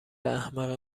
احمق